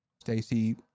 Stacy